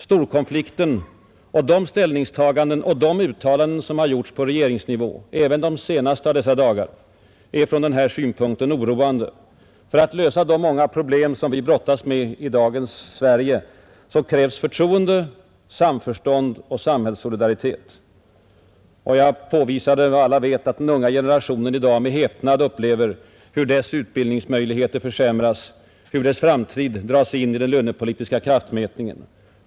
Storkonflikten och de ställningstaganden och uttalanden som har gjorts på regeringsnivå — även de senaste av dessa dagar — är från den synpunkten oroande. För att lösa de många problem som vi brottas med i dagens Sverige krävs förtroende, samförstånd och samhällssolidaritet. Jag påvisade också vad alla vet: att den unga generationen i dag med häpnad upplever hur dess utbildningsmöjligheter försämras, hur dess framtid dras in i den lönepolitiska kraftmätningen.